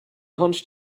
hunched